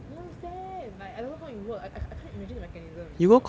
I don't understand like I don't know how it work I I can't imagine the mechanism itself